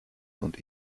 und